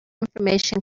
information